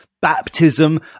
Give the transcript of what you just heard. baptism